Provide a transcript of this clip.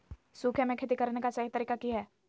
सूखे में खेती करने का सही तरीका की हैय?